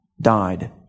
died